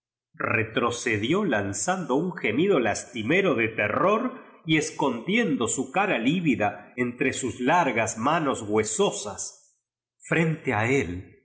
retrocedió lanzando un gemido lastimen de terror y escondiendo su cara lívida entre sus largos inanes huesosas frente a el